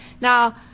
Now